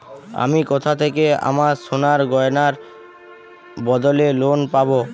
আমি কোথা থেকে আমার সোনার গয়নার বদলে লোন পাবো?